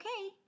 okay